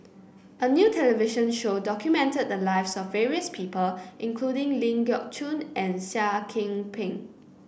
a new television show documented the lives of various people including Ling Geok Choon and Seah Kian Peng